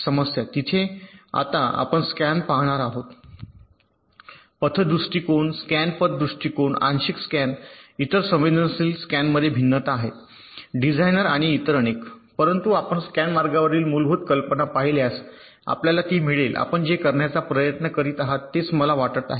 तिथे आता आपण स्कॅन पाहणार आहोत पथ दृष्टिकोन स्कॅन पथ दृष्टिकोन आंशिक स्कॅन स्तर संवेदनशील स्कॅनमध्ये भिन्नता आहेत डिझाइन आणि इतर अनेक परंतु आपण स्कॅन मार्गामागील मूलभूत कल्पना पाहिल्यास आपल्याला ती मिळेल आपण जे करण्याचा प्रयत्न करीत आहात तेच मला वाटत आहे